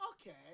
Okay